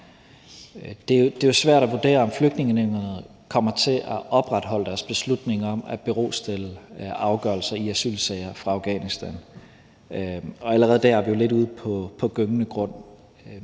Det er jo svært at vurdere, om Flygtningenævnet kommer til at opretholde deres beslutning om at berostille afgørelser i asylsager for ansøgere fra Afghanistan, så allerede der er vi jo lidt på gyngende grund.